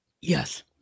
Yes